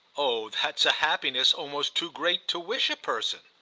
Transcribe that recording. oh that's a happiness almost too great to wish a person!